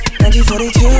1942